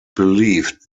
believed